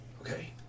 Okay